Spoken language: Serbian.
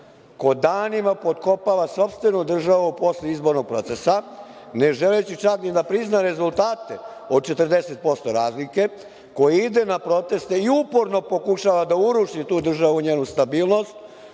ko danima potkopava sopstvenu državu posle izbornog procesa, ne želeći čak ni da prizna rezultate od 40% razlike, koji ide na proteste i uporno pokušava da uruši tu državu i njenu stabilnost,